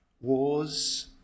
Wars